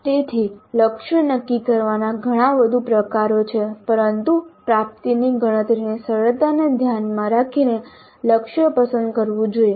તેથી લક્ષ્યો નક્કી કરવાના ઘણા વધુ પ્રકારો છે પરંતુ પ્રાપ્તિની ગણતરીની સરળતાને ધ્યાનમાં રાખીને લક્ષ્ય પસંદ કરવું જોઈએ